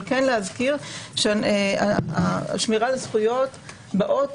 אבל כן להזכיר שהשמירה על זכויות באות